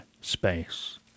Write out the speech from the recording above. space